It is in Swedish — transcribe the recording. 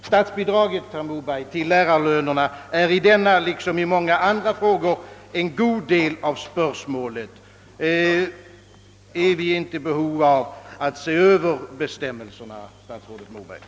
Statsbidraget till lärarlönerna är i denna liksom i många andra frågor en del av spörsmålet. Behöver vi inte se över bestämmelserna nu, statsrådet Moberg?